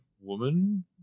woman